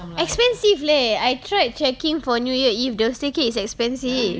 expensive leh I tried checking for new year eve the staycay is expensive